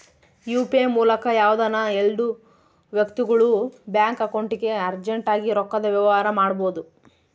UPI ಮೂಲಕ ಯಾವ್ದನ ಎಲ್ಡು ವ್ಯಕ್ತಿಗುಳು ಬ್ಯಾಂಕ್ ಅಕೌಂಟ್ಗೆ ಅರ್ಜೆಂಟ್ ಆಗಿ ರೊಕ್ಕದ ವ್ಯವಹಾರ ಮಾಡ್ಬೋದು